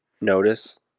Notice